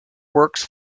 works